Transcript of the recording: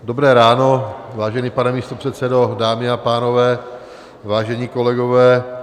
Dobré ráno, vážený pane místopředsedo, dámy a pánové, vážení kolegové.